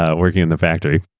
ah working in the factory.